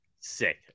Sick